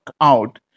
out